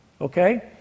okay